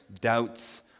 doubts